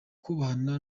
kubahana